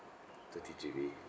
thirty G_B